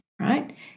right